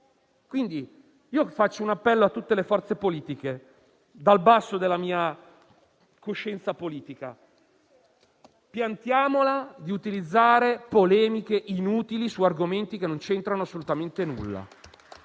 Quindi rivolgo un appello a tutte le forze politiche, dal basso della mia coscienza politica: smettiamo di fare polemiche inutili su argomenti che non c'entrano assolutamente nulla.